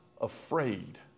afraid